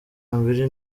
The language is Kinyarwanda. mbili